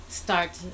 start